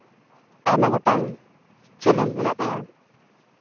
ᱟᱭᱢᱟ ᱜᱚᱴᱟᱝ ᱪᱮᱞᱮᱧᱡᱽ ᱢᱮᱱᱟᱜ ᱛᱟᱭᱟ